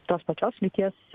tos pačios lyties